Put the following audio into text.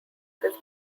his